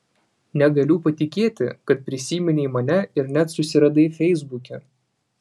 negaliu patikėti kad prisiminei mane ir net susiradai feisbuke